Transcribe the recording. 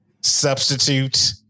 substitute